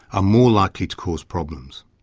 ah more likely to cause problems.